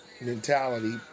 mentality